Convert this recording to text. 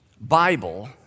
Bible